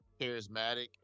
charismatic